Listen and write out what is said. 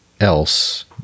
else